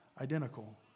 identical